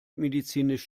medizinisch